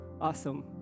Awesome